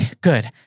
good